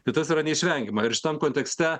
tai tas yra neišvengiama ir šitam kontekste